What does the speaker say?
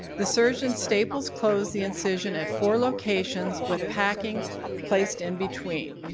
the surgeon staples closed the incision at four locations with packing placed in-between.